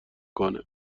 کنه